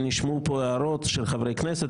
ונשמעו פה הערות של חברי כנסת,